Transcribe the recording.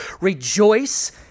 Rejoice